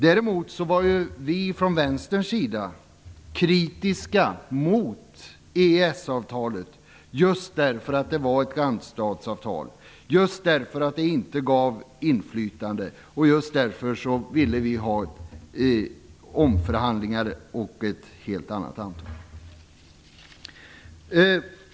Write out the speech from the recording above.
Däremot var vi från Vänsterns sida kritiska mot EES-avtalet just därför att det var ett randstatsavtal, just därför att det inte gav inflytande, och just därför ville vi ha omförhandlingar och ett helt annat avtal.